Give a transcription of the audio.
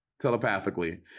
telepathically